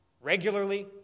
regularly